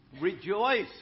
Rejoice